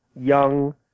young